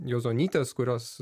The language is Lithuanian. juozonytės kurios